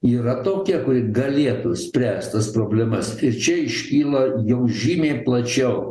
yra tokia kuri galėtų spręst tas problemas ir čia iškyla jau žymiai plačiau